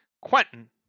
Quentin